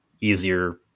easier